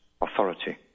authority